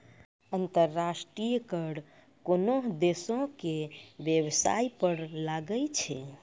अंतर्राष्ट्रीय कर कोनोह देसो के बेबसाय पर लागै छै